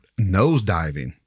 nosediving